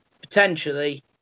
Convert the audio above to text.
potentially